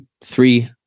three